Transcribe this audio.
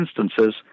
instances